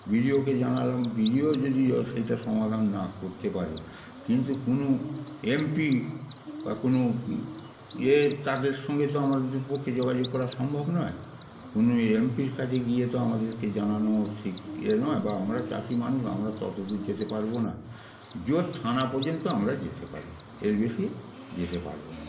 B D ওকে জানালাম B D O যদি ও সেটা সমাধান না করতে পারে কিন্তু কোনো এম পি বা কোনো এ তাদের সঙ্গে তো আমাদের দু পক্ষের যোগাযোগ করা সম্ভব নয় কোনো এম পির কাছে গিয়ে তো আমাদেরকে জানানো ঠিক ইয়ে নয় বা আমরা চাষি মানুষ আমরা তো অত দূর যেতে পারব না বড়জোর থানা পর্যন্ত আমরা যেতে পারি এর বেশি যেতে পারব না